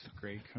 Great